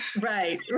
Right